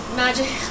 magic